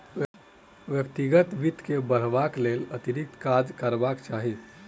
व्यक्तिगत वित्त के बढ़यबाक लेल अतिरिक्त काज करबाक चाही